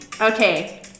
Okay